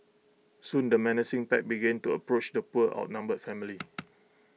soon the menacing pack began to approach the poor outnumbered family